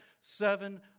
seven